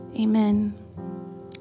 Amen